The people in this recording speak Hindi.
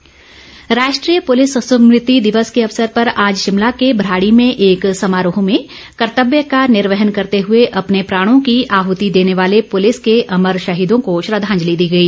स्मृति दिवस राष्ट्रीय पुलिस स्मृति दिवस के अवसर पर आज शिमला के भराड़ी में एक समारोह में कर्तव्य का निर्वहन करते हुए अपने प्राणों की आहृति देने वाले पुलिस के अमर शहीदों को श्रद्वांजलि दी गई